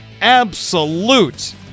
absolute